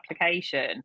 application